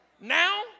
Now